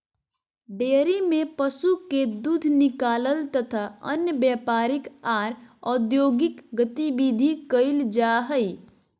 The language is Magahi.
डेयरी में पशु के दूध निकालल तथा अन्य व्यापारिक आर औद्योगिक गतिविधि कईल जा हई